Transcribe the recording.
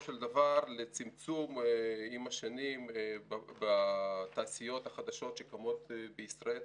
של דבר לצמצום עם השנים בתעשיות החדשות שקמות בישראל,